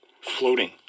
Floating